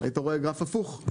היית רואה גרף הפוך.